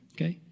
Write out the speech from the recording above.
Okay